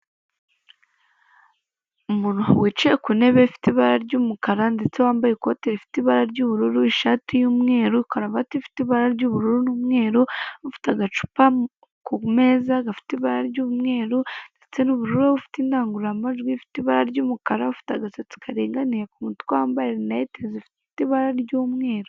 Umuntu wicaye ku ntebe ifite ibara ry'umukara ndetse wambaye ikote rifite ibara ry'ubururu, ishati y'umweru, karavati ifite ibara ry'ubururu n'umweru, afite agacupa ku meza gafite ibara ry'umweru ndetse n'ubururu, ufite indangururamajwi, ufite ibara ry'umukara, afite agasatsi karinganiye ku mutwe, wambaye rinete zifite ibara ry'umweru.